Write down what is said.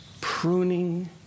pruning